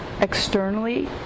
Externally